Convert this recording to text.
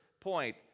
point